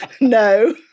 no